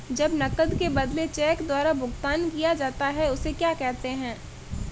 जब नकद के बदले चेक द्वारा भुगतान किया जाता हैं उसे क्या कहते है?